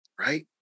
right